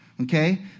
okay